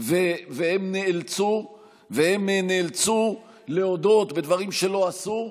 והם נאלצו להודות בדברים שלא עשו,